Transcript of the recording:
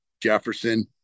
Jefferson